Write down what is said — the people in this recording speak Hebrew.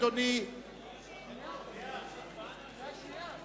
קריאה שנייה.